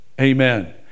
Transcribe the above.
Amen